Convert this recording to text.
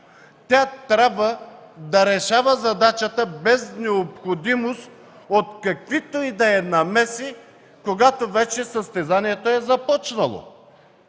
тя трябва да решава задачата без необходимост от каквито и да е намеси, когато вече състезанието е започнало,